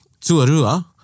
Tuarua